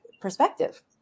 perspective